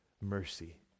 mercy